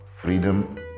freedom